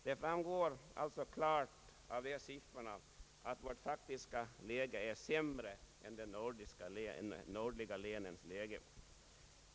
Det framgår alltså klart av dessa siffror att vårt faktiska läge är sämre än de nordliga länens.